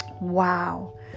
Wow